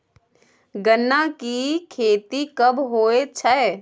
गन्ना की खेती कब होय छै?